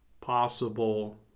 possible